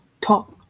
talk